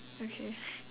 okay